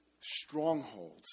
strongholds